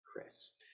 Chris